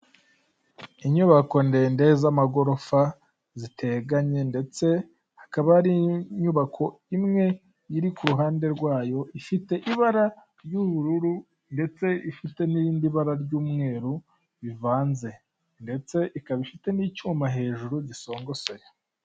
Inyubako ndende z'amagorofa, ziteganye ndetse hakaba hari inyubako imwe iri ku ruhande rwayo ifite ibara ry'ubururu ndetse ifite n'irindi bara ry'umweru bivanze ndetse ikaba ifite n'icyuma hejuru gisongosoye.